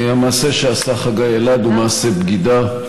המעשה שעשה חגי אלעד הוא מעשה בגידה.